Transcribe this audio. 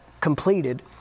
completed